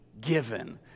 given